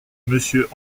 monsieur